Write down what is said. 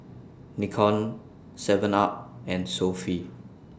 Nikon Seven up and Sofy